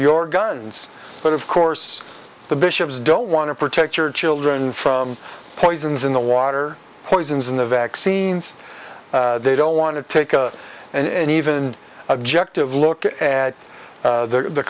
your guns but of course the bishops don't want to protect your children from poisons in the water poisons in the vaccines they don't want to take a and even objective look at the